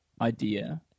idea